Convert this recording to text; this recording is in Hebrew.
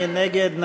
מי נגד?